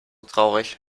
traurig